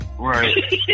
Right